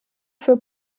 für